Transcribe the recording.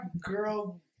girl